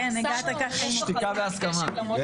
שתיקה והסכמה.